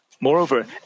Moreover